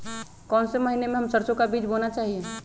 कौन से महीने में हम सरसो का बीज बोना चाहिए?